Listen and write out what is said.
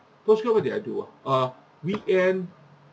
postgrad what did I do uh uh weekend